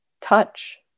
touch